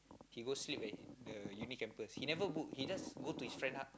he go sleep at the uni campus he never go he just go to his friend h~